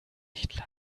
nicht